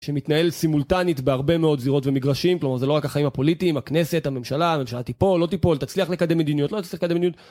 שמתנהל סימולטנית בהרבה מאוד זירות ומגרשים, כלומר זה לא רק החיים הפוליטיים, הכנסת, הממשלה, הממשלה תיפול, לא תיפול, תצליח לקדם מדיניות, לא תצליח לקדם מדיניות